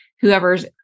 whoever's